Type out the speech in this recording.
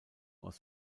aus